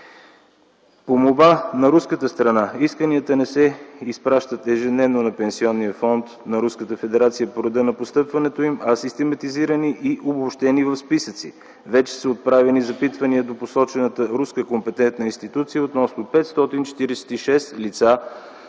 По молба на руската страна исканията не се изпращат ежедневно на пенсионния фонд на Руската федерация по реда на постъпването им, а систематизирани и обобщени в списъци. Вече са отправени запитвания до посочената руска